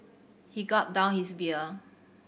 he gulped down his beer